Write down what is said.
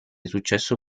successo